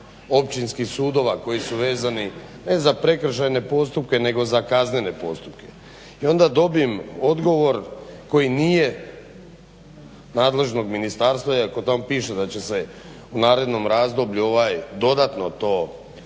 općinskih sudova koji su vezani ne za prekršajne postupke nego za kaznene postupke i onda dobijem odgovor koji nije nadležnog ministarstva iako tamo piše da će se u narednom razdoblju dodatno to razmotriti